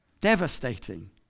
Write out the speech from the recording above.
Devastating